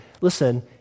listen